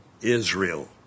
Israel